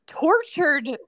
tortured